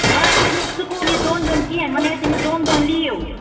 وۅنۍ نہٕ حظ ہٮ۪کہِ نہٕ سُہ سکوٗل یِتھ دۄن دۄہَن کِہیٖنٛۍ وۅنۍ حظ چھِ تٔمِس دۄن دۄہَن لیٖو